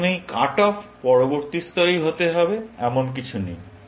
এখন এই cut off পরবর্তী স্তরেই হতে হবে এমন কিছু নেই